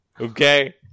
Okay